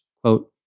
quote